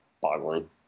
boggling